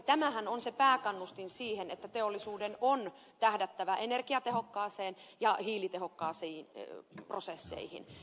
tämähän on se pääkannustin siihen että teollisuuden on tähdättävä energiatehokkaisiin ja hiilitehokkaisiin prosesseihin